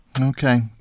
Okay